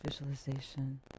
visualization